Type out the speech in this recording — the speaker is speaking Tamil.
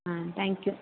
ஆ தேங்க்கியூ